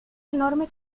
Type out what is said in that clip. enorme